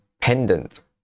pendant